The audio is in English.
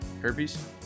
Herpes